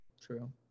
true